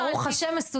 אני, ברוך השם, מסודרת.